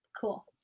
cool